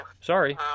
Sorry